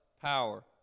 Power